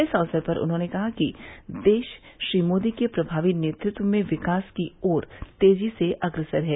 इस अवसर पर उन्होंने कहा कि देश श्री मोदी के प्रभावी नेतृत्व में विकास की ओर तेज़ी से अग्रसर है